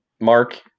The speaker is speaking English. Mark